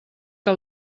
que